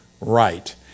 right